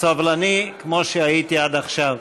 סבלני כמו שהייתי עד עכשיו.